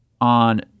on